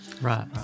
Right